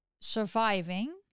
surviving